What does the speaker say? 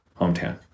hometown